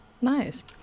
Nice